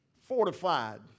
fortified